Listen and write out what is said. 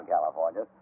California